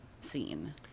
scene